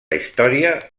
història